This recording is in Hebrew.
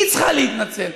היא צריכה להתנצל.